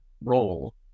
role